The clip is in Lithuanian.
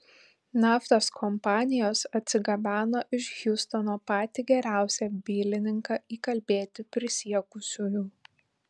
naftos kompanijos atsigabeno iš hjustono patį geriausią bylininką įkalbėti prisiekusiųjų